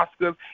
Oscars